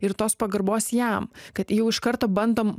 ir tos pagarbos jam kad jau iš karto bandom